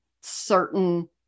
certain